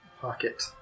pocket